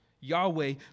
Yahweh